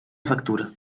factura